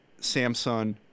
Samsung